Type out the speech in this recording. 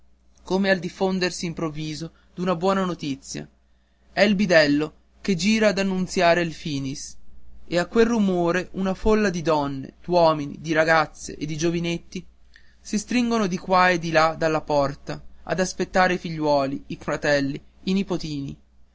come al diffondersi improvviso d'una buona notizia è il bidello che gira ad annunziare il finis e a quel rumore una folla di donne d'uomini di ragazze e di giovanetti si stringono di qua e di là dalla porta a aspettare i figliuoli i fratelli i nipotino